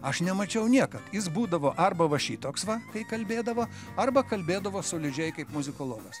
aš nemačiau niekad jis būdavo arba va šitoks va kai kalbėdavo arba kalbėdavo solidžiai kaip muzikologas